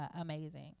amazing